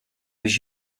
was